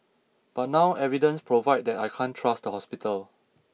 but now evidence provide that I can't trust the hospital